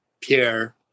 Pierre